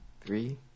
three